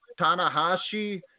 Tanahashi